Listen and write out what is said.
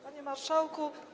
Panie Marszałku!